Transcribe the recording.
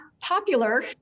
popular